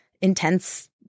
intense